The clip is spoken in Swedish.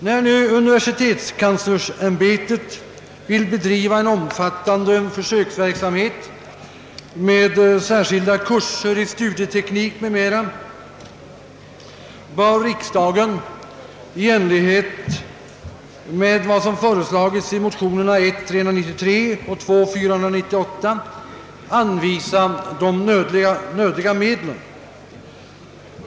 När nu universitetskanslersämbetet vill bedriva en omfattande försöksverksamhet med särskilda kurser i studieteknik m.m, bör riksdagen i enlighet med vad som har föreslagits i motionerna I: 393 och II: 498 anvisa härför nödiga medel.